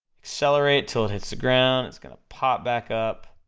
accelerate til it hits the ground, it's gonna pop back up,